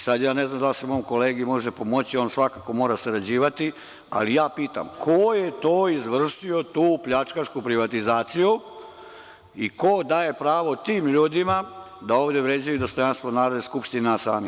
Sada, ja ne znam da li se mom kolegi može pomoći, on svakako mora sarađivati, ali ja pitam – ko je to izvršio tu pljačkašku privatizaciju i ko daje pravo tim ljudima da ovde vređaju dostojanstvo Narodne skupštine i nas samih.